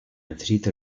necesita